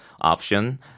option